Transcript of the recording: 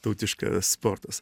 tautiškas sportas